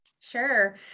Sure